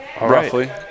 Roughly